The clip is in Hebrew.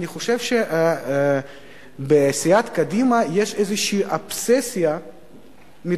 אני חושב שבסיעת קדימה יש אבססיה מטורפת,